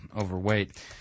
overweight